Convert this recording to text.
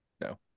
No